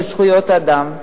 בזכויות אדם,